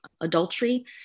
adultery